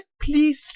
please